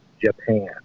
Japan